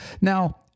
Now